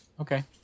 Okay